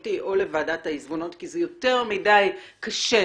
הממשלתי או לוועדת העיזבונות כי זה יותר מדי קשה,